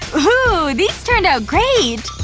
ooh, these turned out great!